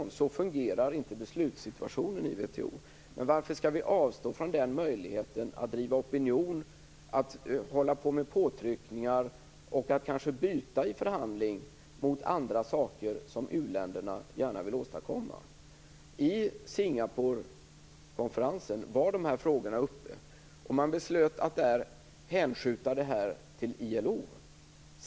Så fungerar inte beslutssituationen i WTO. Men varför skall vi avstå från möjligheten att bedriva opinion, utöva påtryckningar och att i någon förhandling kanske byta mot annat som u-länderna gärna vill åstadkomma? I Singaporekonferensen var dessa frågor uppe. Man beslutade då att hänskjuta frågorna till ILO.